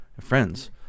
friends